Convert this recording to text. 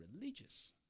religious